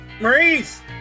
Maurice